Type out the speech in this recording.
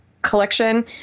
collection